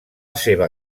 seva